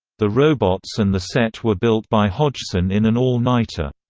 the robots and the set were built by hodgson in an all-nighter.